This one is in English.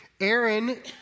Aaron